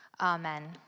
Amen